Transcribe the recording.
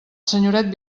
senyoret